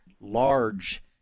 large